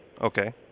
Okay